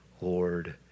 Lord